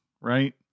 right